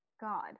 God